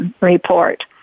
report